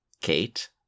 Kate